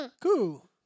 Cool